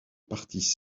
parties